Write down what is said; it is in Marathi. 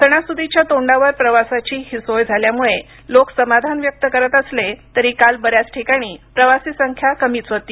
सणासुदीच्या तोंडावर प्रवासाची ही सोय झाल्यामुळे लोक समाधान व्यक्त करत असले तरी काल बर्यादच ठिकाणी प्रवासी संख्या कमीच होती